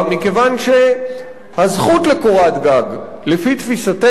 מכיוון שהזכות לקורת-גג לפי תפיסתנו,